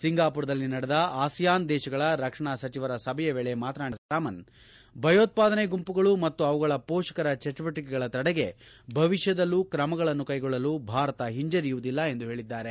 ಸಿಂಗಾಮರದಲ್ಲಿ ನಡೆದ ಆಸಿಯಾನ್ ದೇಶಗಳ ರಕ್ಷಣಾ ಸಚಿವರುಗಳ ಸಭೆಯ ವೇಳೆ ಮಾತನಾಡಿದ ನಿರ್ಮಲಾ ಸೀತಾರಾಮನ್ ಭಯೋತ್ಪಾದನೆ ಗುಂಪುಗಳ ಮತ್ತು ಅವುಗಳ ಮೋಷಕರ ಚಟುವಟಿಕೆಗಳ ತಡೆಗೆ ಭವಿಷ್ಠದಲ್ಲೂ ಕ್ರಮಗಳನ್ನು ಕೈಗೊಳ್ಳಲು ಭಾರತ ಹಿಂಜರಿಯುವುದಿಲ್ಲ ಎಂದು ಹೇಳಿದ್ದಾರೆ